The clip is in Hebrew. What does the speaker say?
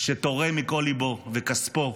שתורם מכל ליבו וכספו,